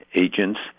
agents